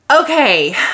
Okay